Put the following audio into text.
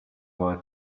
boy